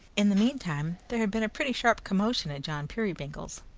in the meantime there had been a pretty sharp commotion at john peerybingle's,